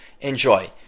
Enjoy